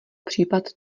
případ